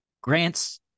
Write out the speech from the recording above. Grant's